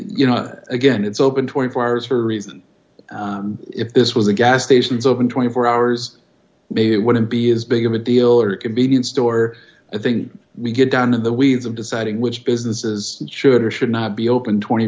you know again it's open twenty four hours for a reason if this was a gas stations open twenty four hours maybe it wouldn't be as big of a deal or a convenience store i think we get down in the weeds of deciding which businesses should or should not be open twenty